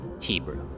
Hebrew